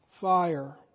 fire